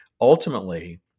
Ultimately